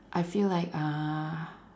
I feel like uh